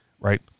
Right